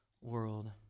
world